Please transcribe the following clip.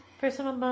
Personal